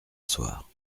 soir